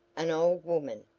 an old woman,